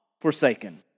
forsaken